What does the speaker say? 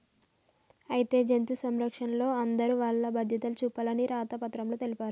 అయితే జంతు సంరక్షణలో అందరూ వాల్ల బాధ్యతలు చూపాలి అని రాత పత్రంలో తెలిపారు